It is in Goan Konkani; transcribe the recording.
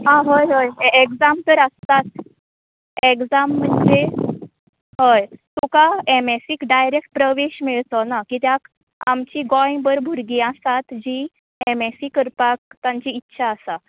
आं हय हय ए एग्जाम तर आसताच एग्जाम म्हणजे हय तुका एम एस इक डायरेक्ट प्रवेश मेळचोना कित्याक आमची गोंयभर भुरगीं आसतात जी एम एस इ करपाक तांची इत्छा आसा